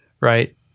right